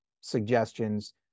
suggestions